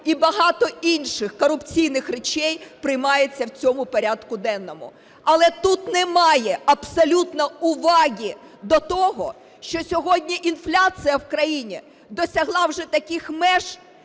і багато інших корупційних речей приймаються в цьому порядку денному. Але тут немає абсолютно уваги до того, що сьогодні інфляція в країні досягла вже таких меж,